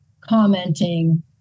commenting